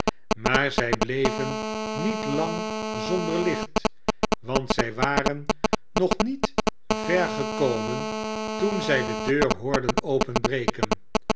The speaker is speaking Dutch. maar zij bleven niet lang zonder licht want zij waren nog niet ver gekomen toen zij de deur hoorden openbreken